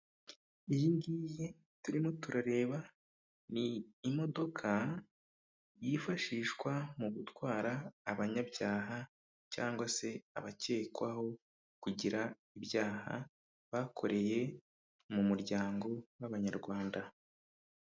Iyi ngiyi turimo turareba ,ni imodoka yifashishwa mu gutwara abanyabyaha cyangwa se abakekwaho kugira ibyaha bakoreye mu muryango w'abanyarwanda.